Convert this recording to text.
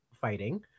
fighting